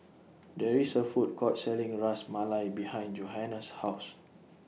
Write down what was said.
There IS A Food Court Selling Ras Malai behind Johanna's House